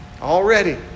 Already